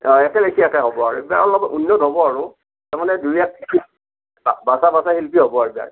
অঁ ইয়াতে হ'ব আৰু এইবাৰ অলপ উন্নত হ'ব আৰু তাৰ মানে দুই এক বচা বচা শিল্পী হ'ব আৰু এইবাৰ